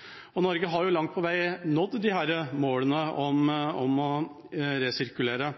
energiutnyttelse. Norge har langt på vei nådd målene om å resirkulere,